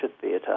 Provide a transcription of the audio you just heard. theatre